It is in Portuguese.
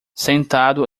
sentado